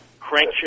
Crankshaft